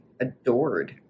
adored